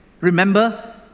Remember